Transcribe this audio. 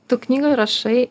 tu knygoj rašai